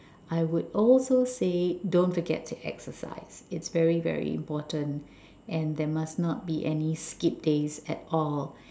I would also say don't forget to exercise it's very very important and there must not be any skip days at all